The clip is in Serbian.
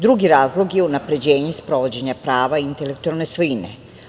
Drugi razlog je unapređenje sprovođenja prava intelektualne svojine.